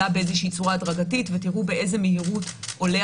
עלה באיזושהי צורה הדרגתית ותראו באיזו מהירות עולה